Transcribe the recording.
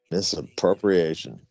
Misappropriation